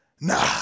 nah